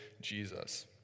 Jesus